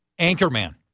Anchorman